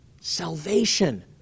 Salvation